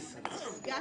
הלו,